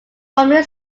formerly